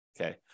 Okay